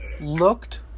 looked